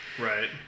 right